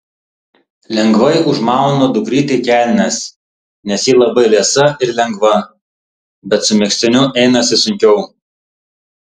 lengvai užmaunu dukrytei kelnes nes ji labai liesa ir lengva bet su megztiniu einasi sunkiau